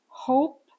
Hope